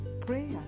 prayer